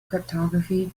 cryptography